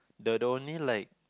the the only like